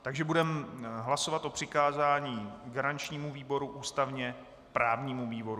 Takže budeme hlasovat o přikázání garančnímu výboru ústavněprávnímu výboru.